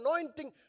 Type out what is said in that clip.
anointing